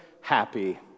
Happy